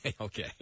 Okay